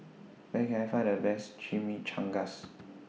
Where Can I Find The Best Chimichangas